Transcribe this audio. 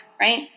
right